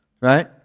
right